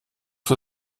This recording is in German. für